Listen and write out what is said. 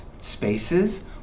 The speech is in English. spaces